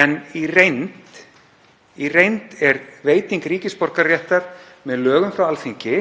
en í reynd er veiting ríkisborgararéttar með lögum frá Alþingi